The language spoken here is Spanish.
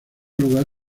lugar